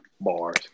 bars